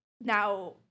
now